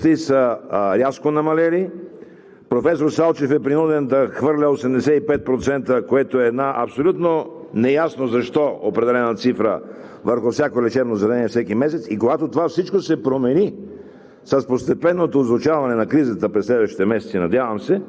с цялата си професионална отговорност. Всички други дейности са рязко намалели. Професор Салчев е принуден да хвърля 85%, което е една абсолютно неясно защо определена цифра, върху всяко лечебно заведение всеки месец, и когато всичко това се промени